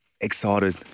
excited